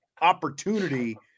opportunity